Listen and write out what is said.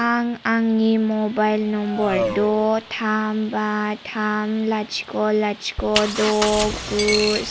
आं आंनि mobile number द' थाम बा थाम लाथिख' लाथिख' द' गु